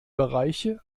bereiche